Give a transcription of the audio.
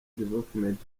development